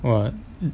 !wah!